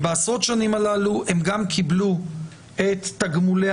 ובעשרות השנים הללו הן גם קיבלו את תגמולי